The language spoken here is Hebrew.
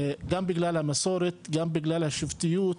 גם בגלל המסורת, גם בגלל השיפוטיות,